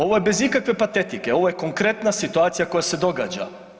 Ovo je bez ikakve patetike, ovo je konkretna situacija koja se događa.